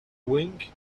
wink